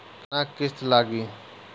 केतना किस्त लागी?